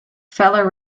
feller